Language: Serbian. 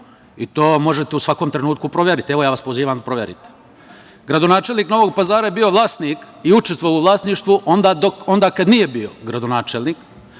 i to možete u svakom trenutku proveriti. Evo, ja vas pozivam da proverite. Gradonačelnik Novog Pazara je bio vlasnik i učestvovao u vlasništvu onda kad nije bio gradonačelnik